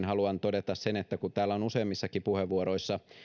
haluan todeta sen että kun täällä on useammissakin puheenvuoroissa